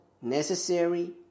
Necessary